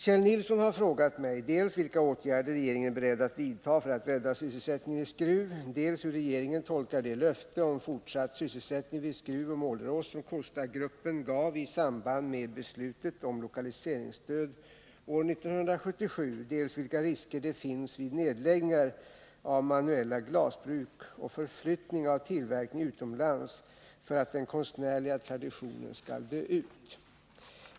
Kjell Nilsson har frågat mig dels vilka åtgärder regeringen är beredd att vidta för att rädda sysselsättningen i Skruv, dels hur regeringen tolkar det löfte om fortsatt sysselsättning vid Skruv och Målerås som Kostagruppen gav i samband med beslutet om lokaliseringsstöd år 1977 och dels vilka risker det finns vid nedläggningar av manuella glasbruk och förflyttning av tillverkning utomlands för att den konstnärliga traditionen skall dö ut.